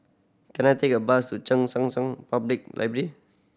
can I take a bus to Cheng San San Public Library